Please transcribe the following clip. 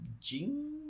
Jing